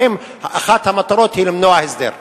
האם אחת המטרות היא למנוע הסדר?